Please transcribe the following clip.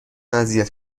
اذیت